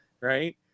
right